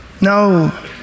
No